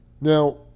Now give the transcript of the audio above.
Now